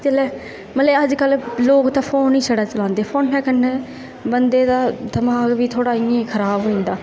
ते चलो मड़ो अज्जकल लोग फोन ई छड़ा चलांदे फोनै कन्नै बंदे दा थोह्ड़ा दमाग ई इंया खराब होई जंदा